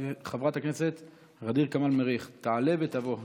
חברת הכנסת ע'דיר כמאל מריח תעלה ותבוא.